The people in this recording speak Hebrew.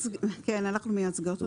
כן, אנחנו מייצגות אותו.